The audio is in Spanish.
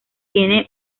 tiene